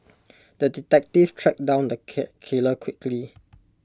the detective tracked down the cat killer quickly